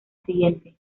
siguiente